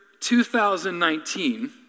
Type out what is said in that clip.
2019